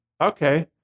okay